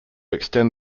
extend